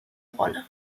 rolle